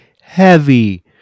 heavy